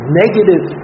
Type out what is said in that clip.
negative